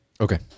okay